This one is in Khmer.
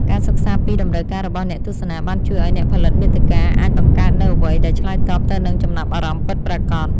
ការសិក្សាពីតម្រូវការរបស់អ្នកទស្សនាបានជួយឱ្យអ្នកផលិតមាតិកាអាចបង្កើតនូវអ្វីដែលឆ្លើយតបទៅនឹងចំណាប់អារម្មណ៍ពិតប្រាកដ។